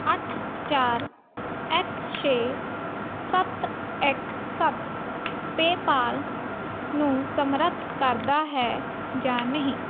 ਅੱਠ ਚਾਰ ਇੱਕ ਛੇ ਸੱਤ ਇੱਕ ਸੱਤ ਪੇਪਾਲ ਨੂੰ ਸਮਰੱਥ ਕਰਦਾ ਹੈ ਜਾਂ ਨਹੀਂ